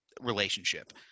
relationship